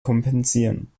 kompensieren